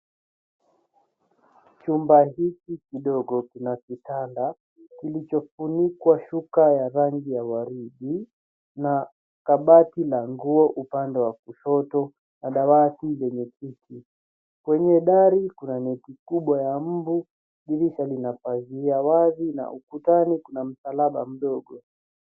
Chumba hiki kidogo kina kitanda kilichofunikwa shuka ya rangi ya waridi na kabati la nguo upande wa kushoto na dawati lenye viti. Kwenye dari kuna net kubwa ya mbu, dirisha lina pazia wazi na ukutani kuna msalaba mdogo.